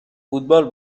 فوتبال